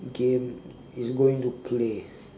game is going to play